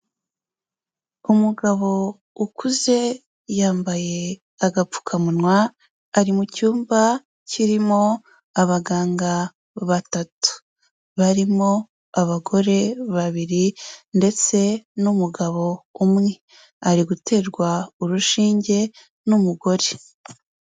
Umugabo ukuze yambaye agapfukamunwa, ari mu cyumba kirimo abaganga batatu, barimo abagore babiri ndetse n'umugabo umwe, ari guterwa urushinge n'umugore.